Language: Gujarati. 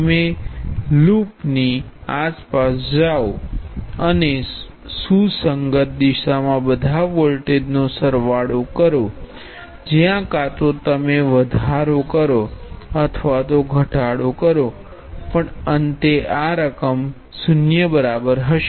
તમે લૂપની આસપાસ જાઓ અને સુસંગત દિશામાં બધા વોલ્ટેજનો સરવાળો કરો જયા કાં તો તમે વધારો કરો અથવા તો ઘટાડો કરો પણ અંતે આ રકમ 0 બરાબર હશે